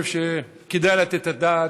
אני חושב שכדאי לתת את הדעת: